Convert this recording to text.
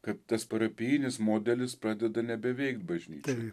kad tas parapijinis modelis pradeda nebeveikt bažnyčioj